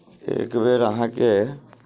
एकबेर अहाँकेँ